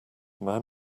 man